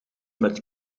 met